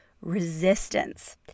resistance